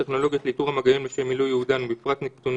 העיתונאים והמחזיקים בתעודה עיתונאי תימסר למשרד הבריאות ועיתונאי